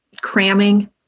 cramming